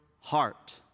heart